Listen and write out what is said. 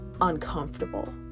uncomfortable